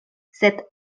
sed